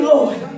Lord